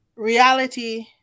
Reality